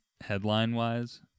headline-wise